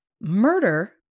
murder